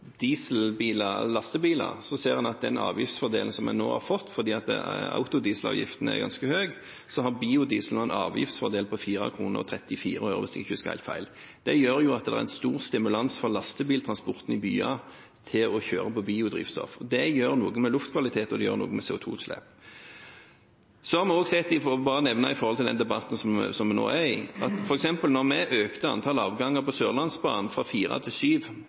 fordi autodieselavgiften er ganske høy. Det har ført til at biodiesel har en avgiftsfordel på kr 4,34, hvis jeg ikke husker helt feil. Det gjør at det er en sterk stimulans for lastebiltransport i byer til å kjøre på biodrivstoff. Det gjør noe med både luftkvaliteten og CO2-utslippene. Når det gjelder den debatten som vi nå er i, har vi f.eks. sett at da vi økte antallet avganger på Sørlandsbanen fra fire til syv opp til Egersund, har Sørlandsbanen faktisk fungert mer som et flytog til Gardermoen. Antallet avganger